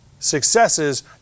successes